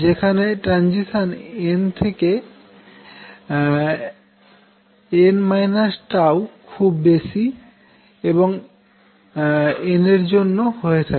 যেখানে transition n থেকে n খুব বেশি n এর জন্য হয়ে থাকে